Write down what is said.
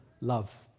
love